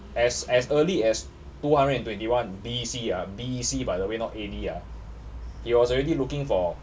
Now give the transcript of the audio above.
as as early as two hundred and twenty one B_C ah B_C by the way not A_D ah he was already looking for